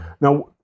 Now